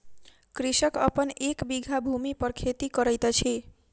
कृषक अपन एक बीघा भूमि पर खेती करैत अछि